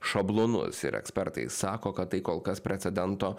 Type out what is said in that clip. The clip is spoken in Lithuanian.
šablonus ir ekspertai sako kad tai kol kas precedento